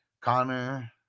Connor